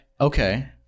okay